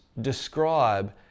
describe